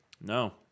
No